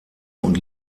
und